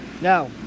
now